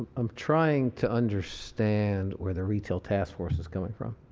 i'm trying to understand where the retail task force is coming from.